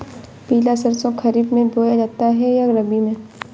पिला सरसो खरीफ में बोया जाता है या रबी में?